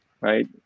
right